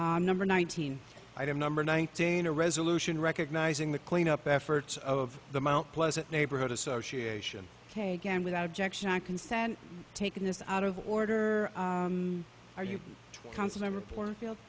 number nineteen item number nineteen a resolution recognizing the clean up efforts of the mount pleasant neighborhood association again without objection and consent taken this out of order are you confident reporter feel